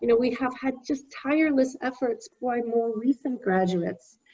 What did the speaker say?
you know we have had just tireless efforts, quite more recent graduates.